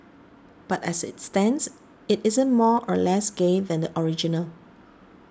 but as it stands it isn't more or less gay than the original